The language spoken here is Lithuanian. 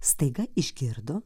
staiga išgirdo